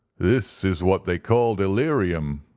this is what they call delirium,